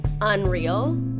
unreal